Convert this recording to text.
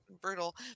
brutal